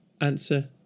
Answer